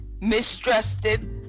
mistrusted